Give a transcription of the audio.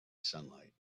sunlight